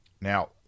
Now